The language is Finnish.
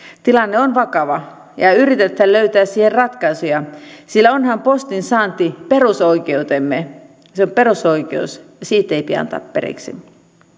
tilanne on vakava yritetään löytää siihen ratkaisuja sillä onhan postin saanti perusoikeutemme se on perusoikeus ja siitä ei pidä antaa periksi